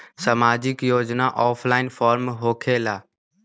समाजिक योजना offline form होकेला?